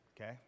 Okay